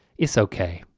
it's okay.